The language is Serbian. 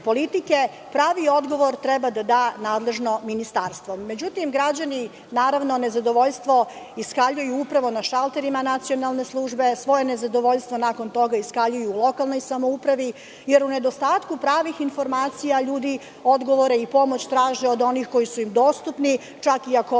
Pravi odgovor treba da da nadležno ministarstvo.Međutim, građani nezadovoljstvo iskaljuju upravo na šalterima Nacionalne službe, svoje nezadovoljstvo nakon toga iskaljuju u lokalnoj samoupravi, jer u nedostatku pravih informacija ljudi odgovore i pomoć traže od onih koji su im dostupni, čak i ako